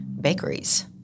bakeries